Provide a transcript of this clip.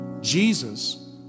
Jesus